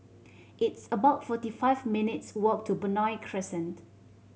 it's about forty five minutes' walk to Benoi Crescent